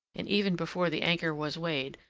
and even before the anchor was weighed,